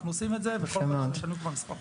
אנחנו עושים את זה כבר מספר חודשים.